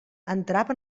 entrava